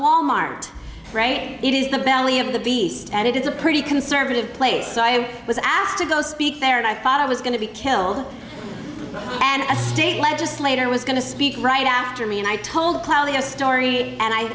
mart it is the belly of the beast and it is a pretty conservative place so i was asked to go speak there and i thought i was going to be killed and a state legislator was going to speak right after me and i told clearly a story and i